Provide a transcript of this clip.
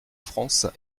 france